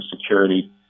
security